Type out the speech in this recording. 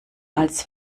als